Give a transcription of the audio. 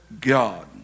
God